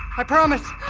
i promise,